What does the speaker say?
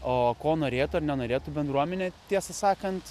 o ko norėtų ar nenorėtų bendruomenė tiesą sakant